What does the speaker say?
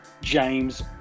James